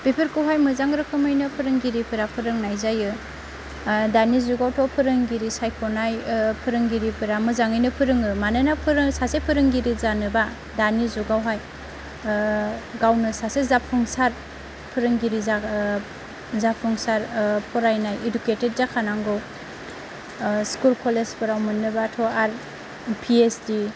बेफोरखौहाय मोजां रोखोमैनो फोरोंगिरिफोरा फोरोंनाय जायो दानि जुगावथ' फोरोंगिरि सायख'नाय फोरोंगिरिफोरा मोजाङैनो फोरोङो मानोना फोरों सासे फोरोंगिरि जानोबा दानि जुगावहाय गावनो सासे जाफुंसार फोरोंगिरि जा जाफुंसार फरायनाय इडुकेटेड जाखानांगौ स्कुल कलेजफोराव मोननोब्लाथ' आरो पि एइस डि